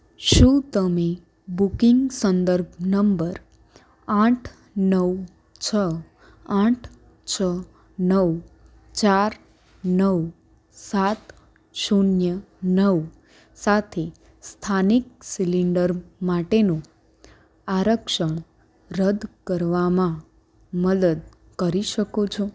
શું તમે બુકિંગ સંદર્ભ નંબર આઠ નવ છ આઠ છ નવ ચાર નવ સાત શૂન્ય નવ સાથે સ્થાનિક સીલિન્ડર માટેનું આરક્ષણ રદ કરવામાં મદદ કરી શકો છો